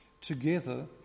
Together